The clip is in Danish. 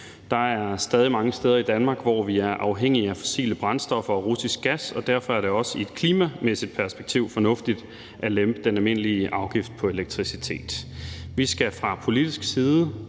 Der er stadig mange steder i Danmark, hvor vi er afhængige af fossile brændstoffer og russisk gas, og derfor er det også i et klimamæssigt perspektiv fornuftigt at lempe den almindelige afgift på elektricitet. Vi skal fra politisk side